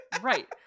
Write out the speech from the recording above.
Right